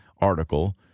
article